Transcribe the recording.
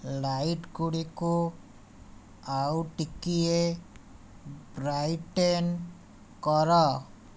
ଲାଇଟ୍ଗୁଡ଼ିକୁ ଆଉ ଟିକିଏ ବ୍ରାଇଟେନ୍ କର